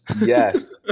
Yes